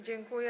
Dziękuję.